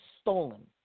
stolen